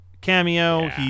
cameo